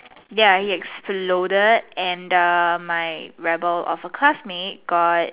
ya he exploded and um my rebel of a classmate got